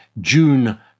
June